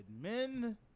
men